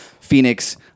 Phoenix